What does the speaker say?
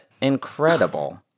incredible